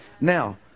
now